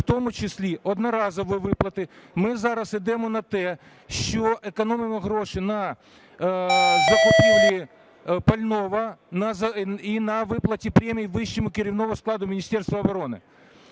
в тому числі одноразові виплати. Ми зараз ідемо на те, що економимо гроші на закупівлі пального і на виплаті премій вищому керівному складу Міністерства оборони.